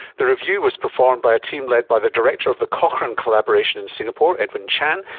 the review was performed by a team led by the director of the cochrane collaboration in singapore, edwin chan,